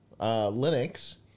Linux